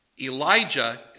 Elijah